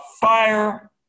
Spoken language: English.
fire